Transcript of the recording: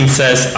says